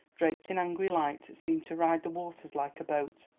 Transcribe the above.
draped in angry light, seemed to ride the waters like a boat.